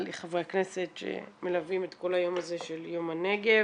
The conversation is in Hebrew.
לחברי הכנסת שמלווים את כל היום הזה של יום הנגב.